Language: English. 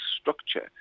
structure